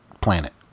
planet